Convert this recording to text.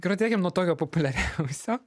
pradėkim nuo tokio populiariausio